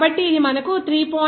కాబట్టి ఇది మనకు 3